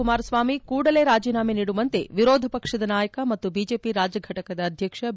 ಕುಮಾರಸ್ವಾಮಿ ಕೂಡಲೇ ರಾಜೀನಾಮೆ ನೀಡುವಂತೆ ವಿರೋಧ ಪಕ್ಷದ ನಾಯಕ ಮತ್ತು ಬಿಜೆಪ ರಾಜ್ಯ ಘಟಕದ ಅಧ್ಯಕ್ಷ ಬಿ